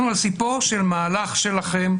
אנחנו על ספו של מהלך שלכם,